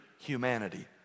humanity